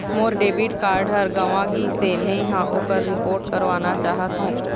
मोर debit card ह गंवा गिसे, मै ह ओकर रिपोर्ट करवाना चाहथों